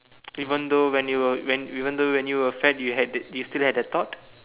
even though when you were when even though when you were fat you had you still had the thought